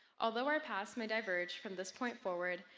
although our paths may diverge from this point forward,